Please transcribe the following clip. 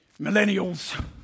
Millennials